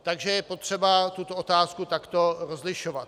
Takže je potřeba tuto otázku takto rozlišovat.